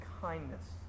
kindness